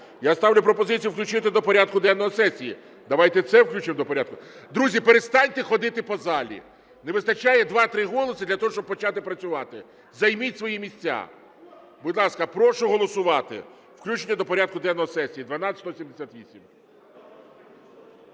Я ставлю пропозицію включити до порядку денного сесії. Давайте це включимо до порядку. Друзі, перестаньте ходити по залі. Не вистачає два-три голоси для того, щоб почати працювати. Займіть свої місця. Будь ласка, прошу голосувати включення до порядку денного сесії 12178.